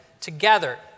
together